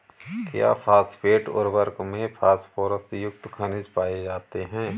क्या फॉस्फेट उर्वरक में फास्फोरस युक्त खनिज पाए जाते हैं?